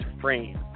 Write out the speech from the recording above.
frame